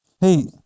Hey